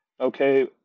okay